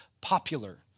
popular